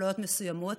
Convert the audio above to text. אפליות מסוימות,